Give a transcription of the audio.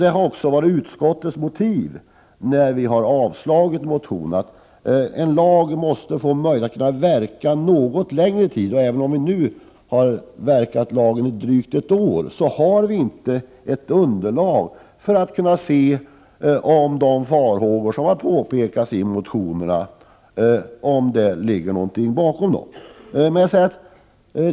Detta har också varit utskottets motiv när vi har avstyrkt motionerna. En lag måste få möjlighet att verka något längre tid. Även om den nu har varit i kraft drygt ett år, har vi inte underlag för att kunna se om det ligger något bakom de farhågor som har påpekats i motionerna.